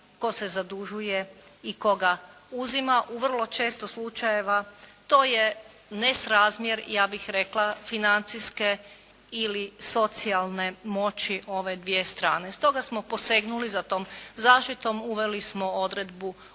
tko se zadužuje i tko ga uzima u vrlo slučajeva to je nesrazmjer ja bih rekla financijske ili socijalne moći ove dvije strane. Stoga smo posegnuli za tom zaštitom, uveli smo odredbu